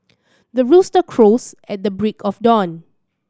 the rooster crows at the break of dawn